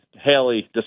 Haley